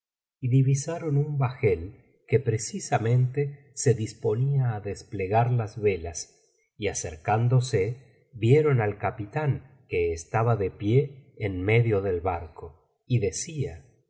y divisaron uu bajel que precisamente se disponía á desplegar las velas y acercándose vieron al capitán que estaba de pie en medio del barco y decía el